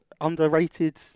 underrated